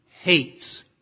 hates